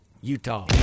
Utah